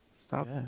stop